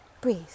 breathe